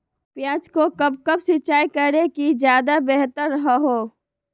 प्याज को कब कब सिंचाई करे कि ज्यादा व्यहतर हहो?